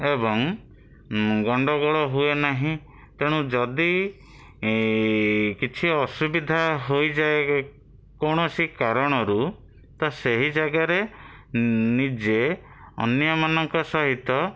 ଏବଂ ଗଣ୍ଡଗୋଳ ହୁଏ ନାହିଁ ତେଣୁ ଯଦି କିଛି ଅସୁବିଧା ହୋଇଯାଏ କୌଣସି କାରଣରୁ ତ ସେହି ଜାଗାରେ ନିଜେ ଅନ୍ୟମାନଙ୍କ ସହିତ